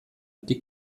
die